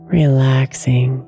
relaxing